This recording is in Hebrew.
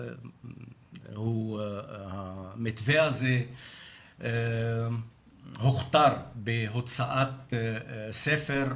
המתווה הזה הוכתר בהוצאת ספר,